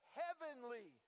heavenly